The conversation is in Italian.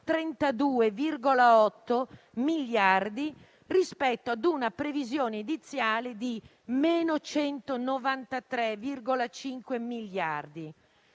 232,8 miliardi, rispetto a una previsione iniziale di meno 193,5 miliardi,